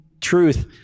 truth